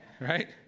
right